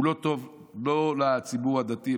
הוא לא טוב לא לציבור הדתי,